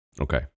Okay